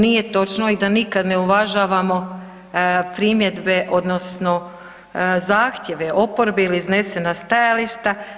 Nije točno i da nikada ne uvažavamo primjedbe odnosno zahtjeve oporbe ili iznesena stajališta.